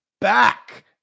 back